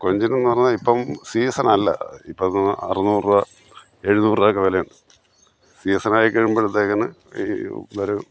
കൊഞ്ചിന് എന്നു പറഞ്ഞാൽ ഇപ്പം സീസണല്ല ഇപ്പം അറുനൂറ് രൂപ എഴുന്നൂറ് രൂപയൊക്കെ വിലയുണ്ട് സീസണായി കഴിയുമ്പോഴത്തേക്കിന് ഈ ഒരു